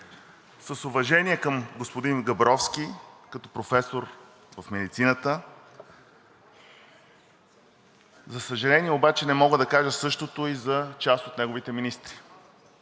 С уважение към господин Габровски като професор в медицината, за съжаление обаче, не мога да кажа същото и за част от неговите министри.